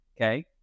Okay